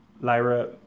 Lyra